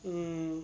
mm